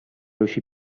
riuscì